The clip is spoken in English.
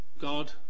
God